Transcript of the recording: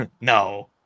No